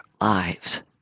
lives